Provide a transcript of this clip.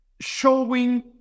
showing